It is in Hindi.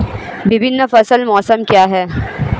विभिन्न फसल मौसम क्या हैं?